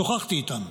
שוחחתי איתן,